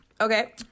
Okay